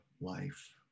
life